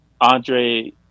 Andre